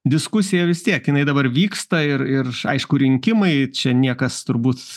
diskusija vis tiek jinai dabar vyksta ir ir aišku rinkimai čia niekas turbūt